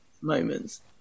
moments